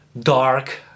dark